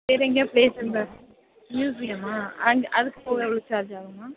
வேறு எங்கேயாவது ப்ளேஸ் இருந்தால் மியூஸியமா அங்கே அதுக்குப் போக எவ்வளோ சார்ஜ் ஆகும் மேம்